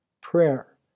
Prayer